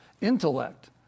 intellect